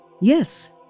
Yes